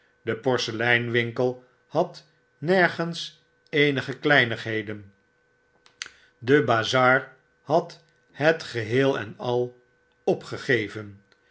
de porseleinwinkel had nergens eenige kleinigheden de bazar had het geheel en al opgegeven